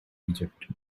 egypt